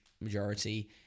majority